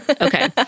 Okay